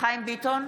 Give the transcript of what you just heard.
חיים ביטון,